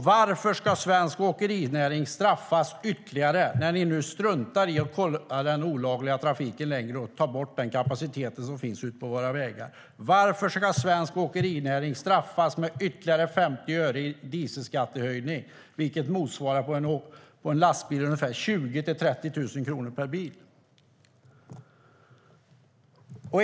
Varför ska svensk åkerinäring straffas ytterligare när ni nu struntar i att kolla den olagliga trafiken och tar bort den kapacitet som finns på våra vägar? Varför ska svensk åkerinäring straffas med ytterligare 50 öre i dieselskattehöjning, vilket motsvarar ungefär 20 000-30 000 kronor per lastbil?